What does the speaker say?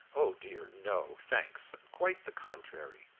oh dear, no, thanks, quite the contrary,